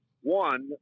One